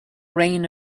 reign